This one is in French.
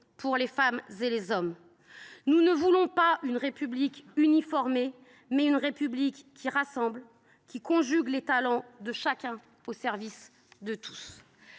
pour les individus. Nous voulons non pas une République « uniformée », mais une République qui rassemble, qui conjugue les talents de chacun au service de tous.